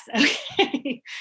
Okay